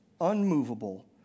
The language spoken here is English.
unmovable